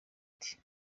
uti